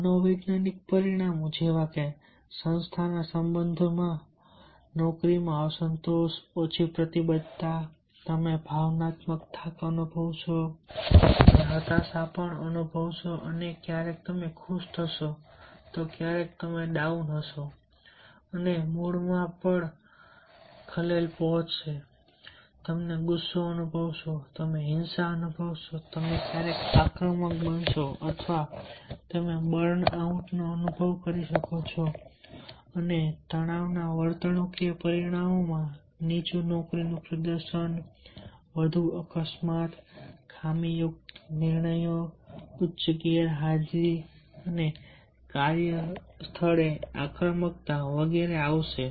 મનોવૈજ્ઞાનિક પરિણામો જેવા કે સંસ્થાના સંદર્ભમાં નોકરીમાં અસંતોષ ઓછી પ્રતિબદ્ધતા તમે ભાવનાત્મક થાક અનુભવશો તમે હતાશ પણ અનુભવશો અને ક્યારેક તમે ખુશ થશો ક્યારેક તમે ડાઉન હશો અને મૂડમાં પણ ખલેલ પડશે તમેને ગુસ્સો અનુભવશો તમે હિંસા બતાવશો તમે ક્યારેક આક્રમક બનશો અથવા તમે બર્ન આઉટ નો અનુભવ કરી શકો છો અને તણાવના વર્તણૂકીય પરિણામો માં નીચું નોકરીનું પ્રદર્શન વધુ અકસ્માત ખામીયુક્ત નિર્ણયો ઉચ્ચ ગેરહાજરી અને કાર્યસ્થળે આક્રમકતા વગેરે હશે